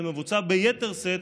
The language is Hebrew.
ומבוצע ביתר שאת